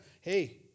Hey